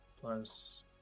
plus